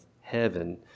heaven